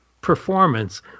performance